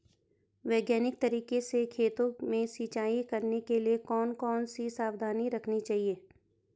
वैज्ञानिक तरीके से खेतों में सिंचाई करने के लिए कौन कौन सी सावधानी रखनी चाहिए?